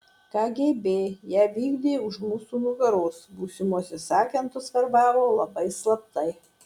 kgb ją vykdė už mūsų nugaros būsimuosius agentus verbavo labai slaptai